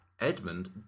edmund